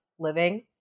living